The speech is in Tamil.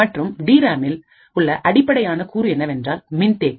மற்றும் டி ராமில் உள்ள அடிப்படையான கூறு என்னவென்றால் மின்தேக்கி